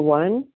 one